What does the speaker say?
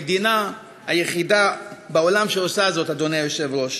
המדינה היחידה בעולם שעושה זאת, אדוני היושב-ראש.